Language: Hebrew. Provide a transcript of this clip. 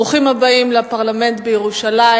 ברוכים הבאים לפרלמנט בירושלים.